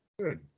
Good